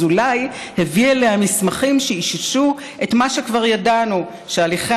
אזולאי הביא אליה מסמכים שאיששו את מה שכבר ידענו: שהליכי